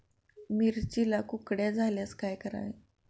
मिरचीला कुकड्या झाल्यास काय करावे?